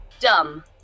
Dumb